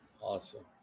Awesome